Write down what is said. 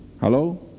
Hello